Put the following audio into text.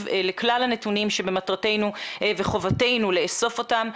לכלל הנתונים שבמטרתנו וחובתנו לאסוף אותם,